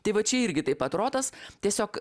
tai va čia irgi taip rotas tiesiog